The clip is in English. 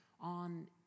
on